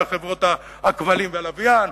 כך חברות הכבלים והלוויין,